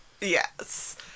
Yes